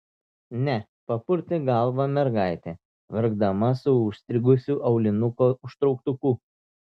ne papurtė galvą mergaitė vargdama su užstrigusiu aulinuko užtrauktuku